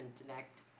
connect